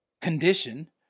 condition